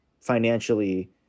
financially